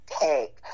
take